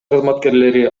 кызматкерлери